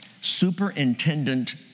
superintendent